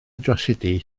drasiedi